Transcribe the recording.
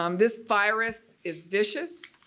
um this virus is vicious.